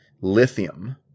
lithium